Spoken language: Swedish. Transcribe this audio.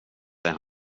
till